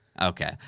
Okay